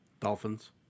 Dolphins